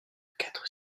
quatre